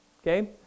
Okay